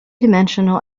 dimensional